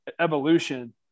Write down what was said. evolution